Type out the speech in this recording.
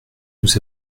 nous